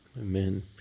Amen